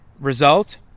result